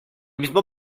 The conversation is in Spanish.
mismo